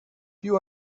più